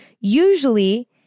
Usually